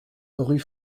rue